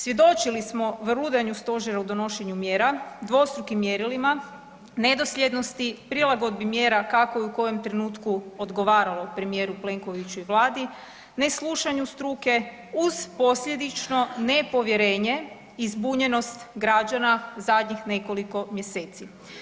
Svjedočili smo vrludanju stožera u donošenju mjera, dvostrukim mjerilima, nedosljednosti, prilagodbi mjera kako je i u kojem trenutku odgovaralo premijeru Plenkoviću i Vladi, neslušanju struke uz posljedično nepovjerenje i zbunjenost građana zadnjih nekoliko mjeseci.